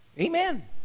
amen